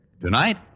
Tonight